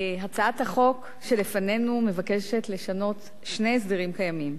הצעת החוק שלפנינו מבקשת לשנות שני הסדרים קיימים.